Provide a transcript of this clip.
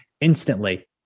instantly